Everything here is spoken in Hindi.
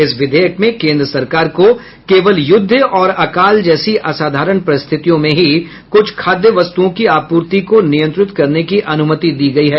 इस विधेयक में केन्द्र सरकार को केवल युद्ध और अकाल जैसी असाधारण परिस्थितियों में ही कुछ खाद्य वस्तुओं की आपूर्ति को नियंत्रित करने की अनुमति दी गई है